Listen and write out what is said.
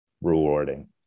Rewarding